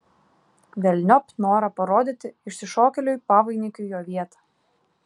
velniop norą parodyti išsišokėliui pavainikiui jo vietą